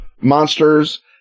monsters